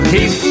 Keep